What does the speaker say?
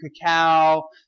cacao